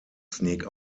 sneak